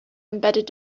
embedded